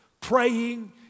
praying